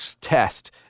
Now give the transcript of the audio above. test